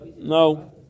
No